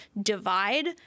divide